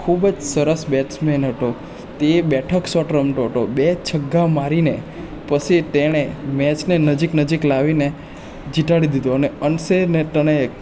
ખૂબ જ સરસ બેટ્સમેન હતો તે બેઠક શોટ રમતો હતો બે છગ્ગા મારીને પછી તેને મેચને નજીક નજીક લાવીને જીતાડી દીધો અને અંશે તનયે